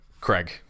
Craig